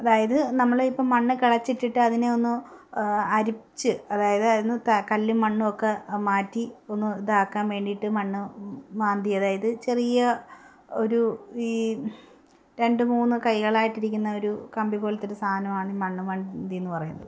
അതായത് നമ്മൾ ഇപ്പം മണ്ണ് കിളച്ചിട്ടിട്ട് അതിനെ ഒന്ന് അരിപ്പിച്ച് അതായത് അന്ന് ത കല്ല മണ്ണൊക്കെ മാറ്റി ഒന്ന് ഇതാക്കാൻ വേണ്ടിയിട്ട് മണ്ണ് മാന്തി അതായത് ചെറിയ ഒരു ഈ രണ്ട് മൂന്ന് കൈകളായിട്ടിരിക്കുന്ന ഒരു കമ്പിപോലത്തൊരു സാധനമാണ് ഈ മണ്ണ് മാന്തി എന്ന് പറയുന്നത്